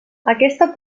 aquesta